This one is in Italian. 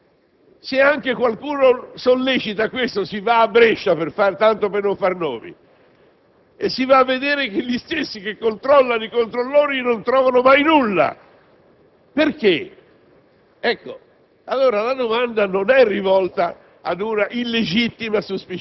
*provideant iudices*. Dopo si vedrà se era destinata o no all'iniziativa penale. Questi stessi soggetti, dotati di un tale dono di natura, non riescono mai a scoprire chi nel loro ufficio non svolge un'azione di verifica, di controllo. Come mai?